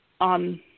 on